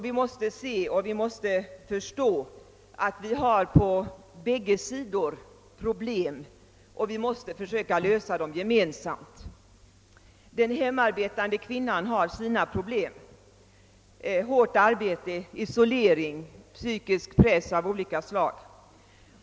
Vi måste förstå att det på bägge sidor finns problem och att vi gemensamt måste försöka lösa dem. Den hemarbetande kvinnan har sina problem: hårt arbete, isolering, psykisk press av olika slag.